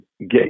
get